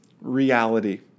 reality